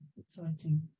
exciting